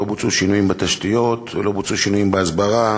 לא בוצעו שינויים בתשתיות ולא בוצעו שינויים בהסברה.